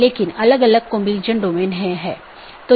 यह एक शब्दावली है या AS पाथ सूची की एक अवधारणा है